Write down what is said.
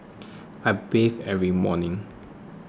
I bathe every morning